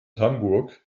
hamburg